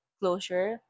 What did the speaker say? closure